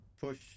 push—